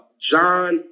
John